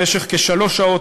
במשך כשלוש שעות,